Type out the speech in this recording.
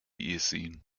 eocene